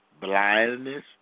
blindness